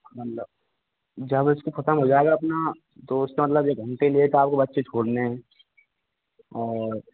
मतलब जब इसको ख़त्म हो जाएगा अपना तो उसका का मतलब एक घंटे लेट आपको बच्चे छोड़ने है और